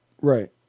Right